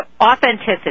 authenticity